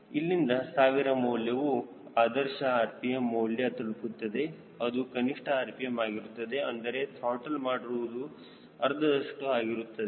ಇಲ್ಲಿಂದ 1000 ಮೌಲ್ಯವು ಆದರ್ಶ rpm ಮೌಲ್ಯ ತಲುಪುತ್ತದೆ ಅದು ಕನಿಷ್ಠ rpm ಆಗಿರುತ್ತದೆ ಅಂದರೆ ತ್ರಾಟಲ್ ಮಾಡಿರುವುದು ಅರ್ಧದಷ್ಟು ಆಗಿರುತ್ತದೆ